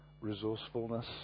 resourcefulness